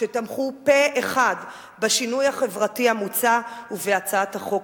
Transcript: שתמכו פה אחד בשינוי החברתי המוצע ובהצעת החוק.